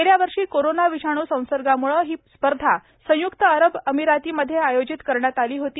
गेल्या वर्षी कोरोना विषाण संसर्गामुळे ही स्पर्धा संयुक्त अरब अमिरातीमध्ये आयोजित करण्यात आली होती